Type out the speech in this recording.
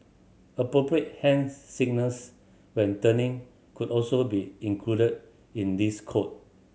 appropriate hand signals when turning could also be included in this code